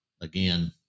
again